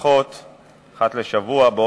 יותר